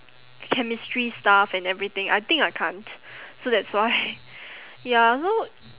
chemistry stuff and everything I think I can't so that's why ya so